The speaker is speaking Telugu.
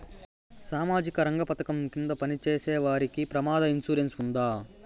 సామాజిక రంగ పథకం కింద పని చేసేవారికి ప్రమాద ఇన్సూరెన్సు ఉందా?